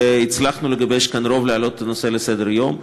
הצלחנו לגבש כאן רוב להעלאת הנושא לסדר-היום.